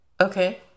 okay